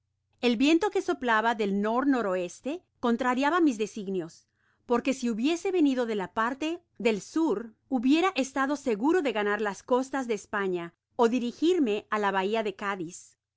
el viento que soplaba del n n e contrariaba mis designios porque si hubiese venido de la parte del sur hubiera estado seguro de ganar las costas de españa ó dirigirme á la bahia de cádiz